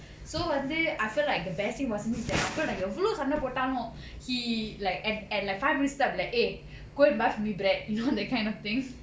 so வந்து:vandhu I feel like the best thing was like அப்பொறம் நா எவ்ளோ சண்ட போட்டாலும்:apporam naa evlo sanda pottalum he like and at like five minutes time I would be like eh go and buy for me bread you know that kind of thing